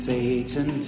Satan